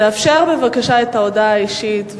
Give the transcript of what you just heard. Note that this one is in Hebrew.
תאפשר בבקשה את ההודעה האישית,